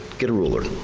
get a ruler.